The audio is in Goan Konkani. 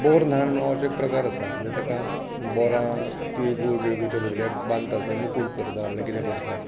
बोर न्हाण म्हण असो एक प्रकार आसा म्हणजे ताका बोरां तिळगूळ बिळगूळ त्या भुरग्याक बांदतात म्हणजे मुकूट करतात तसलें कितें करतात